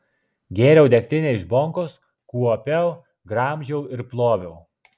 gėriau degtinę iš bonkos kuopiau gramdžiau ir ploviau